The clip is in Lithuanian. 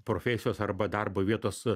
profesijos arba darbo vietos